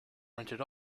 rented